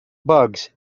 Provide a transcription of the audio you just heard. bugs